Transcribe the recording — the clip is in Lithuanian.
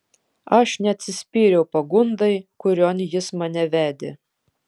aš neatsispyriau pagundai kurion jis mane vedė